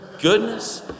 goodness